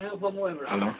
hello